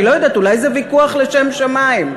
אני לא יודעת, אולי זה ויכוח לשם שמים?